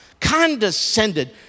condescended